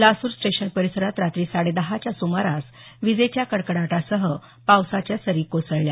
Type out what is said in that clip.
Lasur station परिसरात रात्री साडे दहाच्या सुमारास विजेच्या कडकडाटासह पावसाच्या सरी कोसळल्या